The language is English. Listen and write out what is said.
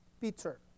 Peter